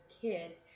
kid